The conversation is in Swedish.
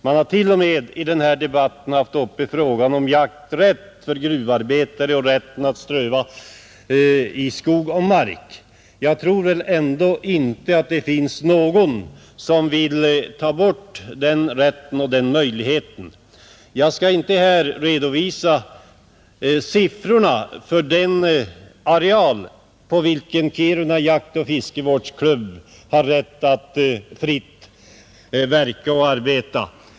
Man har t.o.m. i denna debatt tagit upp frågan om jakträtten för gruvarbetare och rätten att ströva i skog och mark. Jag tror ändå inte att det finns någon som vill ta bort den rätten och den möjligheten. Här skall jag inte redovisa siffrorna för den areal på vilken Kiruna jaktoch fiskevårdsklubb har rätt att fritt verka och arbeta.